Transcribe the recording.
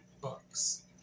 books